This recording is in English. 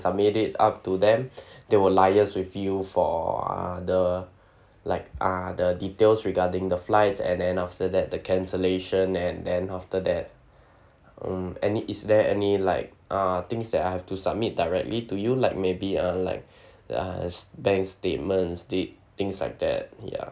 submit it up to them they will liaise with you for ah the like ah the details regarding the flights and then after that the cancellation and then after that mm any is there any like uh things that I have to submit directly to you like maybe uh like uh bank statements thi~ things like that ya